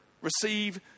Receive